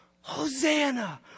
Hosanna